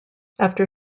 after